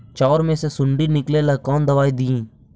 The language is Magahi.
चाउर में से सुंडी निकले ला कौन दवाई दी?